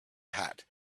hat